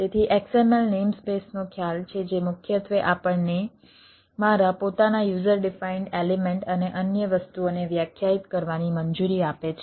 તેથી XML નેમસ્પેસનો ખ્યાલ છે જે મુખ્યત્વે આપણને મારા પોતાના યુઝર ડિફાઈન્ડ એલિમેન્ટ અને અન્ય વસ્તુઓને વ્યાખ્યાયિત કરવાની મંજૂરી આપે છે